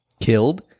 killed